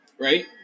right